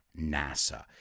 NASA